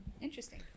Interesting